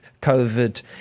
COVID